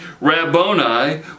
Rabboni